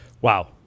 wow